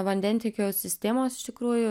vandentiekio sistemos iš tikrųjų